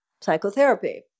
psychotherapy